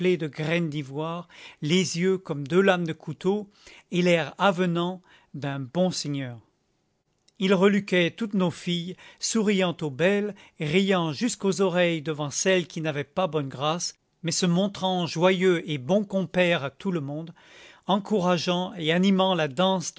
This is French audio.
de graines d'ivoire les yeux comme deux lames de couteau et l'air avenant d'un bon seigneur il reluquait toutes nos filles souriant aux belles riant jusqu'aux oreilles devant celles qui n'avaient pas bonne grâce mais se montrant joyeux et bon compère à tout le monde encourageant et animant la danse